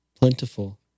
plentiful